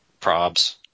Probs